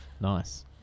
Nice